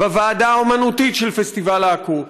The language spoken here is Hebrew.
בוועדה האמנותית של פסטיבל עכו,